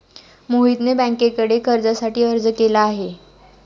मोहितने बँकेकडे कर्जासाठी अर्ज केला आहे